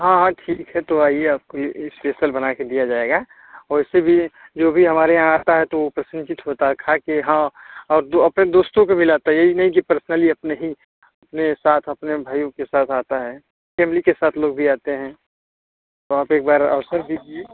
हाँ हाँ ठीक है तो आइए आपको ये अस्पेसल बना कर दिया जाएगा वैसे भी जो भी हमारे यहाँ आता है तो वो प्रसन्नचित्त होता है खा कर हाँ और दो अपने दोस्तों को भी लाता यही नहीं कि पर्सनली अपने ही अपने साथ अपने भाइयों के साथ आता है फैमिली के साथ लोग भी आते हैं तो आप एक बार अवसर दीजिए